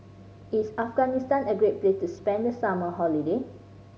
is Afghanistan a great place to spend the summer holiday